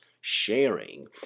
sharing